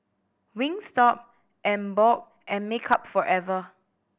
Wingstop Emborg and Makeup Forever